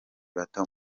bato